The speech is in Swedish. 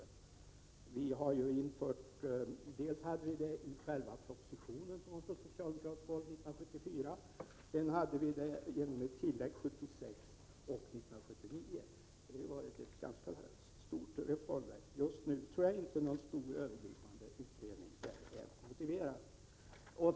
Först hade vi det med i själva propositionen från socialdemokratiskt håll 1974 och sedan genom tillägg 1976 och 1979. Det var ett ganska stort reformverk. Just nu tror jag inte att någon stor, övergripande utredning är motiverad.